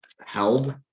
held